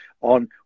on